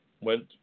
went